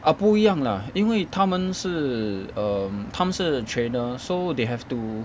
ah 不一样 lah 因为他们是 um 他们是 trainer so they have to